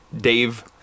Dave